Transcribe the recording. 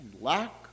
Lack